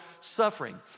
suffering